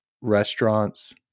restaurants